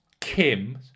Kim